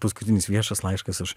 paskutinis viešas laiškas aš